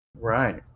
Right